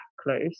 close